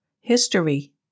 History